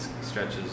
stretches